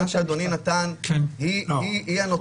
הדוגמה שאדוני הביא היא הנותנת.